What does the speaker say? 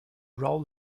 role